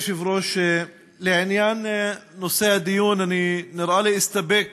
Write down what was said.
כבוד היושב-ראש, לעניין נושא הדיון נראה לי שאסתפק